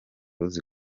uzi